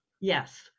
yes